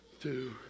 two